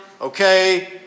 Okay